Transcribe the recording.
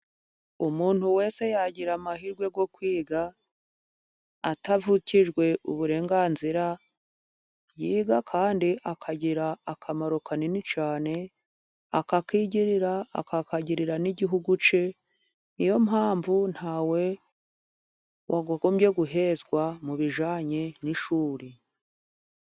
Umuntu wese yagira amahirwe yo kwiga atavukijwe uburenganzira, yiga kandi akagira akamaro kanini cyane, akakagirira n'igihugu cye. Niyo mpamvu nta we wagombye guhezwa mu bijyanye n'ishuri.